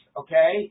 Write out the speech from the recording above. okay